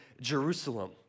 Jerusalem